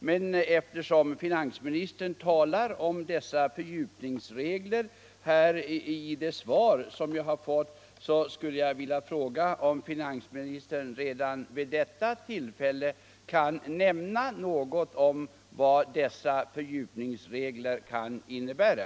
Men eftersom finansministern talar om dessa fördjupningsregler i svaret, skulle jag vilja fråga om finansministern redan vid detta tillfälle kan nämna något om vad reglerna kan innebära.